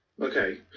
Okay